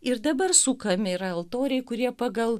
ir dabar sukami yra altoriai kurie pagal